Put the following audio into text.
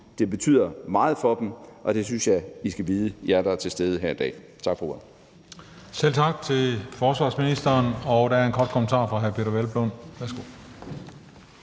Det betyder meget for dem, og det synes jeg I skal vide, jer, der er til stede her i dag. Tak for ordet.